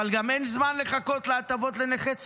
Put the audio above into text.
אבל גם אין זמן לחכות להטבות לנכי צה"ל.